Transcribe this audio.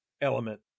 element